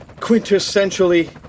quintessentially